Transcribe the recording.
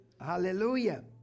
Hallelujah